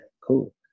cool